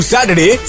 Saturday